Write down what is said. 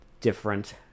different